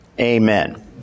Amen